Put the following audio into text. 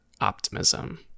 optimism